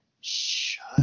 Shut